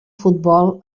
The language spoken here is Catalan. futbol